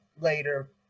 later